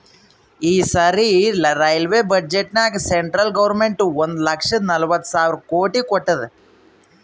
ಈ ಸರಿ ರೈಲ್ವೆ ಬಜೆಟ್ನಾಗ್ ಸೆಂಟ್ರಲ್ ಗೌರ್ಮೆಂಟ್ ಒಂದ್ ಲಕ್ಷದ ನಲ್ವತ್ ಸಾವಿರ ಕೋಟಿ ಕೊಟ್ಟಾದ್